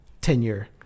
tenure